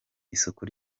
isoko